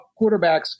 quarterbacks